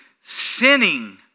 sinning